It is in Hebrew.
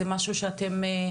זה משהו שאתם,